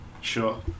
Sure